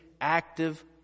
active